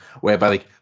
whereby